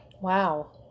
Wow